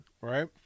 Right